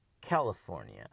California